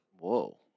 Whoa